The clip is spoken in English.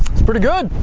it's pretty good.